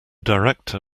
director